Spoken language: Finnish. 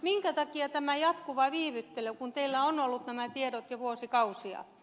minkä takia tämä jatkuva viivyttely kun teillä on ollut nämä tiedot jo vuosikausia